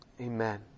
Amen